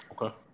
Okay